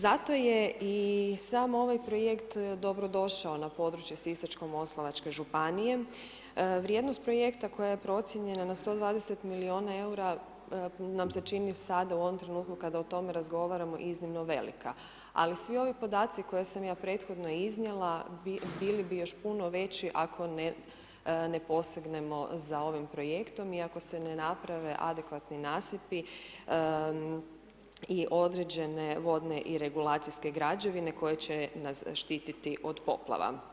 Zato je i sam ovaj projekt dobrodošao na područje Sisačko-moslavačke županije, vrijednost projekta koja je procijenjena na 120 milina EUR-a nam se čini sad u ovom trenutku kad o tome razgovaramo iznimno velika, ali svi ovi podaci koje sam ja prethodno iznijela bili bi još puno veći ako ne posegnemo za ovim projektom i ako se ne naprave adekvatni nasipi i određene vodne i regulacijske građevine koje će nas štititi od poplava.